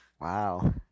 Wow